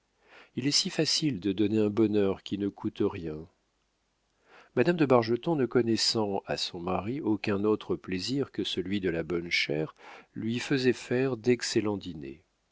il est si facile de donner un bonheur qui ne coûte rien madame de bargeton ne connaissant à son mari aucun autre plaisir que celui de la bonne chère lui faisait faire d'excellents